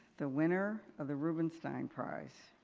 the winner of the rubenstein prize,